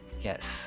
Yes